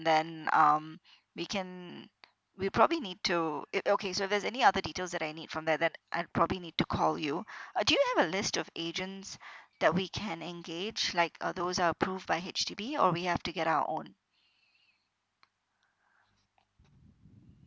then um we can we probably need to o~ okay so if there's any other details that I need from there then I'd probably need to call you uh do you have a list of agents that we can engage like uh those are approved by H_D_B or we have to get our own